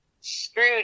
screwed